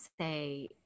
say